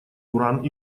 уран